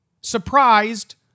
surprised